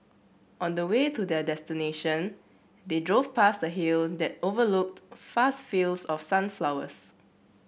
on the way to their destination they drove past a hill that overlooked fast fields of sunflowers